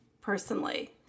personally